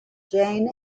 jane